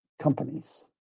companies